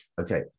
Okay